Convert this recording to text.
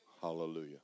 Hallelujah